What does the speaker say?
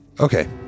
Okay